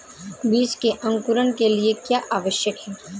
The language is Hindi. बीज के अंकुरण के लिए क्या आवश्यक है?